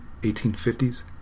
1850s